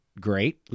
great